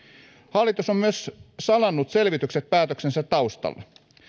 hallitus on myös salannut selvitykset päätöksensä taustalla